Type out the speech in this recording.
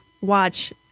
watch